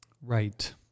Right